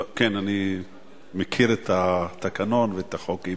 כן, אני מכיר את התקנון ואת החוקים.